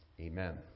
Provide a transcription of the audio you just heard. amen